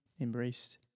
Embraced